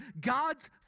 God's